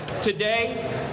Today